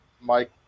Mike